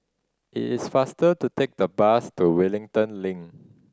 is faster to take the bus to Wellington Link